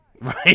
Right